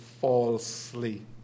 falsely